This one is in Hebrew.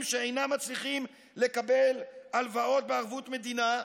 שאינם מצליחים לקבל הלוואות בערבות מדינה?